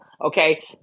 Okay